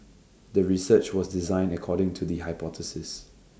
the research was designed according to the hypothesis